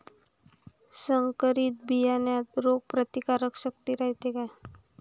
संकरित बियान्यात रोग प्रतिकारशक्ती रायते का?